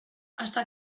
hasta